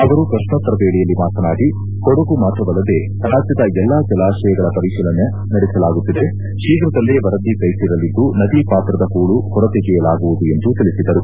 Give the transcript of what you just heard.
ಅವರು ಪ್ರಶ್ನೋತ್ತರ ವೇಳೆಯಲ್ಲಿ ಮಾತನಾಡಿ ಕೊಡಗು ಮಾತ್ರವಲ್ಲದೇ ರಾಜ್ಯದ ಎಲ್ಲಾ ಜಲಾಶಯಗಳ ಪರಿಶೀಲನೆ ನಡೆಸಲಾಗುತ್ತಿದೆ ಶೀಘ್ರದಲ್ಲೇ ವರದಿ ಕೈ ಸೇರಲಿದ್ದು ನದಿ ಪಾತ್ರದ ಹೂಳು ಹೊರತೆಗೆಯಲಾಗುವುದು ಎಂದು ತಿಳಿಸಿದರು